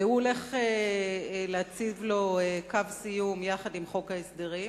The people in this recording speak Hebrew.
והוא הולך להציב לו קו סיום יחד עם חוק ההסדרים,